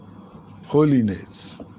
Holiness